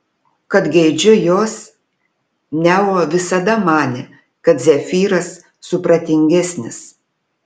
kad geidžiu jos neo visada manė kad zefyras supratingesnis